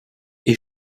est